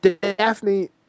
Daphne